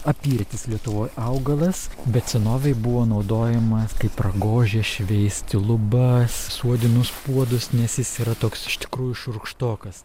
apyretis lietuvoj augalas bet senovėj buvo naudojamas kaip ragožė šveisti lubas suodinus puodus nes jis yra toks iš tikrųjų šiurkštokas